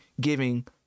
giving